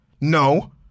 No